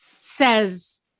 says